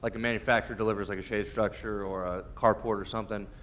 like a manufacturer delivers like a shade structure or a carport or something,